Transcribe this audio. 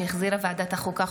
שהחזירה ועדת החוקה,